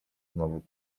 znowu